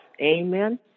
Amen